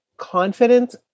Confident